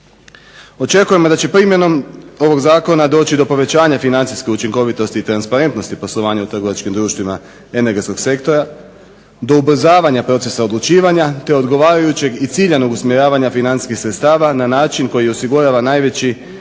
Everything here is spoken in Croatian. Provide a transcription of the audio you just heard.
Očekujemo da će primjenom ovog zakon doći do povećanja financijske učinkovitosti i transparentnosti poslovanja u trgovačkim društvima energetskog sektora do ubrzavanja procesa odlučivanja, te odgovarajućeg i ciljanog usmjeravanja financijskih sredstava na način koji osigurava najveći